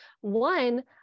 One